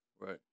right